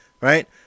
Right